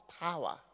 power